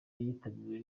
yitabiriwe